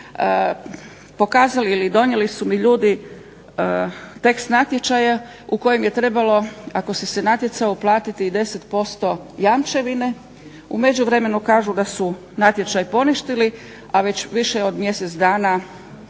Pokazali ili donijeli su mi ljudi tekst natječaja u kojem je trebalo ako si se natjecao uplatiti i 10% jamčevine. U međuvremenu kažu da su natječaj poništili, a već više od mjesec dana